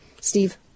Steve